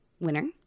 Winner